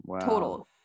Total